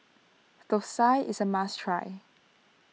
Thosai is a must try